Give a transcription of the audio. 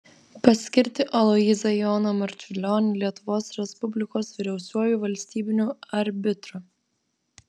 paskirti aloyzą joną marčiulionį lietuvos respublikos vyriausiuoju valstybiniu arbitru